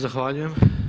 Zahvaljujem.